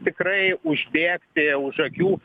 tikrai užbėgti už akių